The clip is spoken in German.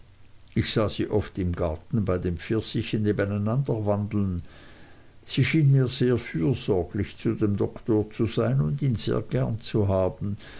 ich sah sie oft im garten bei den pfirsichen neben einander wandeln sie schien mir sehr fürsorglich zu dem doktor zu sein und ihn sehr gern zu haben